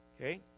okay